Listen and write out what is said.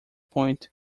point